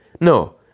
No